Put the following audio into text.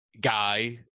guy